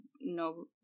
no